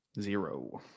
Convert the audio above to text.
Zero